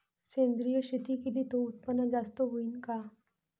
सेंद्रिय शेती केली त उत्पन्न जास्त होईन का?